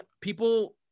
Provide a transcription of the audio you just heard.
People